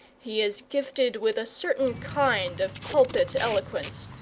he is gifted with a certain kind of pulpit eloquence,